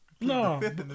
No